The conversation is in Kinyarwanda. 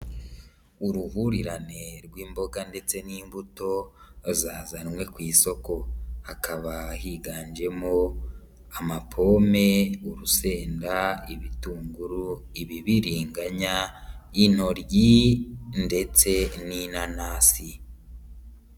Uruhurirane rw'imboga ndetse n'imbuto, zazanwe ku isoko. Hakaba higanjemo ama pome, urusenda, ibitunguru, ibibiriganya, inoryi ndetse n'inanasi.